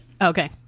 Okay